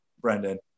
Brendan